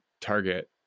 target